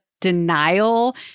denial